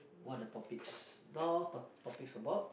what the topics no to~ topics about